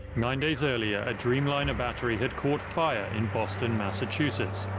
nine days earlier a dreamliner battery had caught fire in boston, massachusetts.